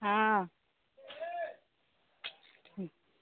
हाँ